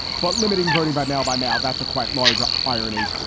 but limiting voting by mail, by mail. that's a quite large irony.